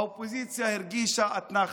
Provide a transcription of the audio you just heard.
האופוזיציה הרגישה אתנחתה.